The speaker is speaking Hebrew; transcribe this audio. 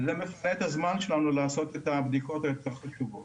זה מפנה את הזמן שלנו לעשות את הבדיקות היותר חשובות.